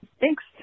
Thanks